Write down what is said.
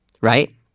Right